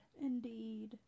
Indeed